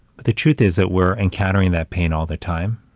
but the truth is that we're encountering that pain all the time.